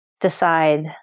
decide